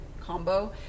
combo